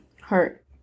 hurt